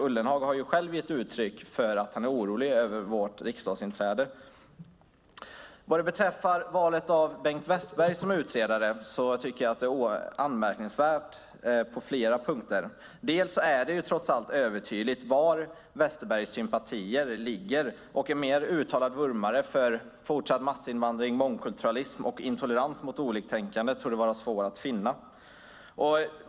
Ullenhag har även själv gett uttryck för att han är orolig över vårt riksdagsinträde. Vad beträffar valet av Bengt Westerberg som utredare tycker jag att det är anmärkningsvärt på flera punkter. Det är trots allt övertydligt var Westerbergs sympatier ligger. En mer uttalad vurmare för fortsatt massinvandring, mångkulturalism och intolerans mot oliktänkande torde vara svår att finna.